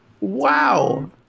Wow